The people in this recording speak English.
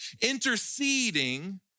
interceding